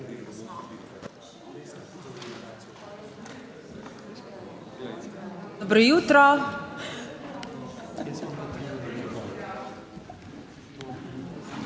dobro jutro